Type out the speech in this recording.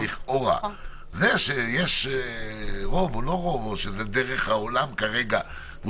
זה שיש רוב או לא רוב או שזו דרך העולם כרגע זה